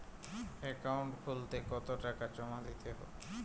Account খুলতে কতো টাকা জমা দিতে হবে?